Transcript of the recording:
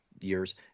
years